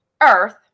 earth